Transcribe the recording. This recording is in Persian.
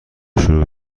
شروع